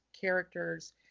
characters